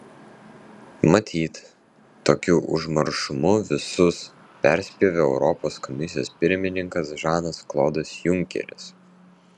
matyt tokiu užmaršumu visus perspjovė europos komisijos pirmininkas žanas klodas junkeris